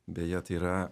beje tai yra